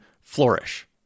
flourish